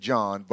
John